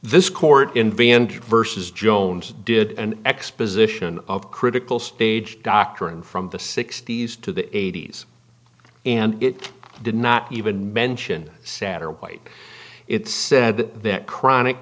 this court in vancouver says jones did an exposition of critical stage doctrine from the sixty's to the eighty's and it did not even mention satterwhite it said that chronic